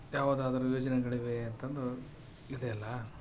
ಯಾವುದಾದರು ಯೋಜನೆಗಳಿವೆಯೇ ಅಂತಂದು ಇದೆಯಲ್ಲ